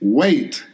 wait